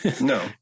No